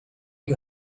you